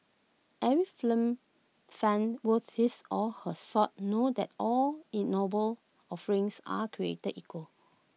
every film fan worth his or her salt know that all ignoble offerings are created equal